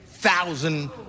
thousand